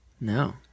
No